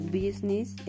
business